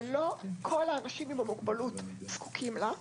אבל לא כל האנשים עם מוגבלות זקוקים לה.